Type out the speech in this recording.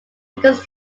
because